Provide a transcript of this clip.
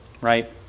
right